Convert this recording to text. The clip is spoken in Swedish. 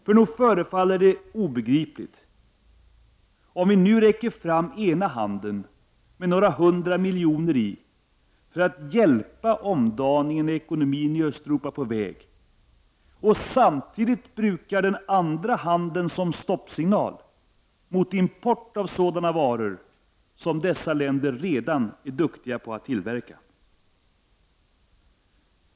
För nog förefaller det obegripligt om vi nu räcker fram ena handen med några hundra miljoner i för att hjälpa omdaningen och ekonomin i Östeuropa på väg och samtidigt brukar den andra handen som stoppsignal mot import av sådana varor som dessa länder redan är duktiga på att tillverka.